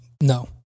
No